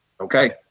Okay